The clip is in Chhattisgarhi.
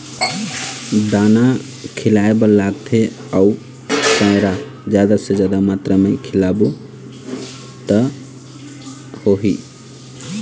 बगरा दूध पाए बर गरवा अऊ भैंसा ला का खवाबो?